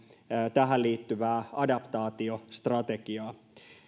tähän liittyvää adaptaatiostrategiaa